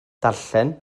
darllen